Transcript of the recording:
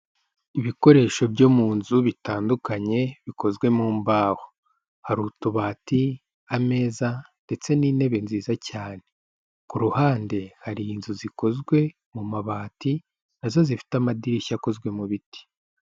Ibikoresho byo mu nzu bitandukanye bikozwe mu mbaho, hari utubati, ameza ndetse n'intebe nziza cyane, ku ruhande hari inzu zikozwe mu mabati nazo zifite amadirishya akozwe mu biti.